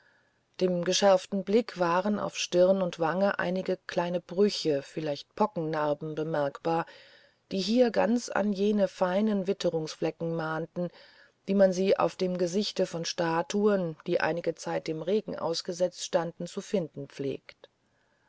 dem geschärften blicke waren auf stirn und wange einige kleine brüche vielleicht pockennarben bemerkbar die hier ganz an jene feinen witterungsflecken mahnten wie man sie auf dem gesichte von statuen die einige zeit dem regen ausgesetzt standen zu finden pflegt